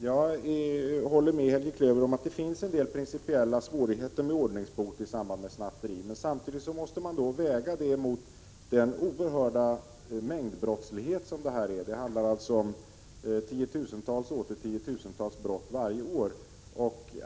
Jag håller med Helge Klöver om att det finns en del principiella svårigheter när det gäller ordningsbot i samband med snatteri. Men man måste väga detta mot den oerhörda mängd brottslighet som det här rör sig om — det gäller tiotusentals och åter tiotusentals brott varje år.